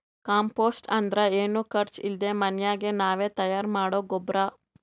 compost ಅಂದ್ರ ಏನು ಖರ್ಚ್ ಇಲ್ದೆ ಮನ್ಯಾಗೆ ನಾವೇ ತಯಾರ್ ಮಾಡೊ ಗೊಬ್ರ